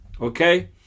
Okay